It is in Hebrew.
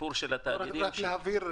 רק להבהיר,